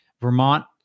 vermont